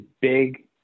big